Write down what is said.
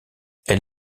elle